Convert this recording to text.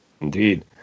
Indeed